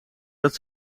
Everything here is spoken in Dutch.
dat